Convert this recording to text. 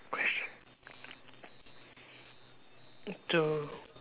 question two